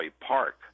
Park